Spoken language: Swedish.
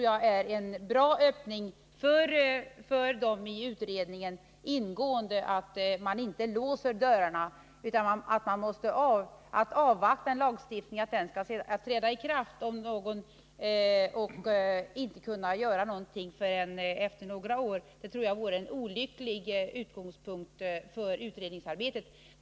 Jag tror att det är bra att man inte ”låser dörrarna”. Att avvakta att lagstiftningen träder i kraft och inte kunna göra någonting förrän efter några år tror jag vore en olycklig utgångspunkt för utredningsarbetet.